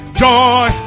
joy